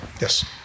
Yes